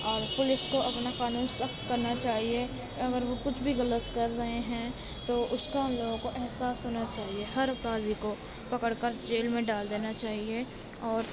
اور پولیس کو اپنا قانون سخت کرنا چاہیے اگر وہ کچھ بھی غلط کر رہے ہیں تو اس کو ہم لوگوں کو احساس ہونا چاہیے ہر اپرادھی کو پکڑ کر جیل میں ڈال دینا چاہیے اور